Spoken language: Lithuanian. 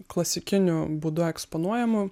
klasikiniu būdu eksponuojamų